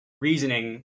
reasoning